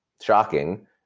shocking